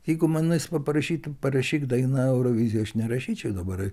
jeigu manęs paprašytų parašyk daina eurovizijai aš nerašyčiau dabar